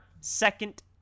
second